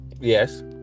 Yes